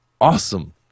awesome